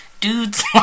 Dude's